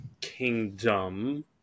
kingdom